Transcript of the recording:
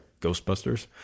Ghostbusters